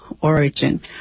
origin